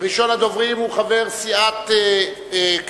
ראשון הדוברים הוא חבר סיעת קדימה,